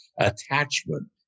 attachment